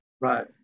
Right